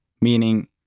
Meaning